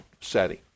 setting